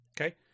Okay